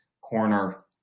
corner